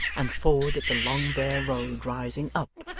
and forward at the long bare road rising up,